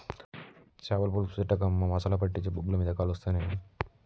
చాపల పులుసు పెట్టకు అమ్మా మసాలా పట్టించి బొగ్గుల మీద కలుస్తా నేను